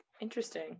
Interesting